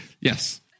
yes